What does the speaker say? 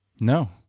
No